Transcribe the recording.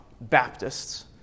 Baptists